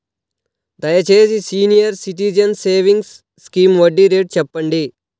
దయచేసి senior citizens savings scheme వడ్డీ rate చెప్పండి